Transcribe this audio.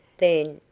then,